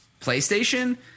PlayStation